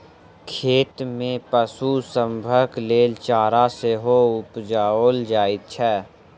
खेत मे पशु सभक लेल चारा सेहो उपजाओल जाइत छै